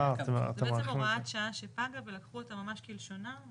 זאת הוראת שעה שפגה ולקחו אותה ממש כלשונה.